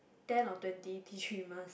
ten or twenty tea tree mask